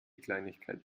kleinigkeiten